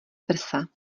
prsa